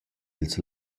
ils